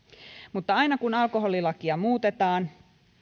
mutta aina kun alkoholilakia muutetaan